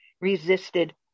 resisted